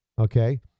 okay